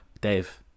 Dave